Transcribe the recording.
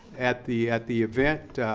at the at the event.